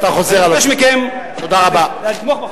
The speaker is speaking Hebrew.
אבקש מכם לתמוך בחוק.